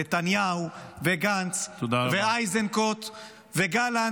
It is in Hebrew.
נתניהו וגנץ ואיזנקוט וגלנט.